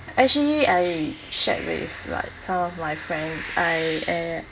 actually I shared with like some of my friends I